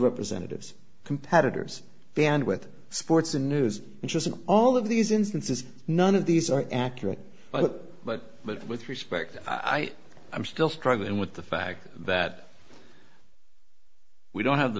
representatives competitors band with sports and news interest in all of these instances none of these are accurate but but but with respect i i'm still struggling with the fact that we don't have the